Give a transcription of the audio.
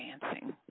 dancing